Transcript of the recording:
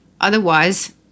otherwise